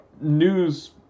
news